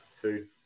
food